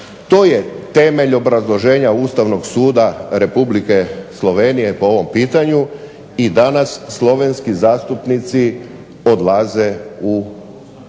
to je temelj obrazloženja Ustavnog suda Slovenije po ovom pitanju i danas Slovenski zastupnici odlaze u mirovinu